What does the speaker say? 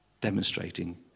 demonstrating